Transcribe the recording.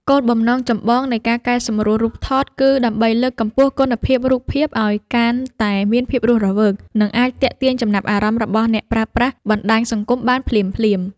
គោលបំណងចម្បងនៃការកែសម្រួលរូបថតគឺដើម្បីលើកកម្ពស់គុណភាពរូបភាពឱ្យកាន់តែមានភាពរស់រវើក និងអាចទាក់ទាញចំណាប់អារម្មណ៍របស់អ្នកប្រើប្រាស់បណ្តាញសង្គមបានភ្លាមៗ។